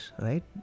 right